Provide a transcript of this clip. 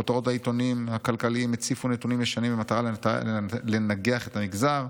כותרות בעיתונים הכלכליים הציפו נתונים ישנים במטרה לנגח את המגזר,